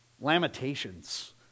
lamentations